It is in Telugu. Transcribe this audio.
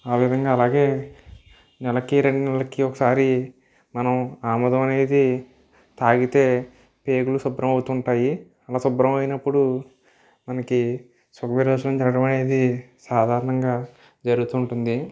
ఆవిధంగా అలాగే నెలకి రెండు నెలలకి ఒకసారి మనం ఆముదం అనేది తాగితే పేగులు శుభ్రం అవుతు ఉంటాయి అలా శుభ్రమైనప్పుడు మనకి సుఖ విరోచనం జరగడం అనేది సాధారణంగా జరుగుతు ఉంటుంది